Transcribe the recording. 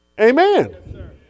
Amen